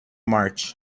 march